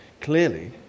clearly